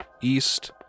east